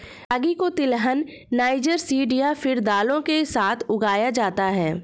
रागी को तिलहन, niger seed या फिर दालों के साथ उगाया जाता है